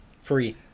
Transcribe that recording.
Free